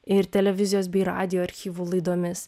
ir televizijos bei radijo archyvų laidomis